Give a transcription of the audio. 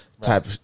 type